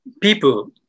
people